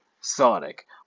Sonic